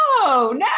No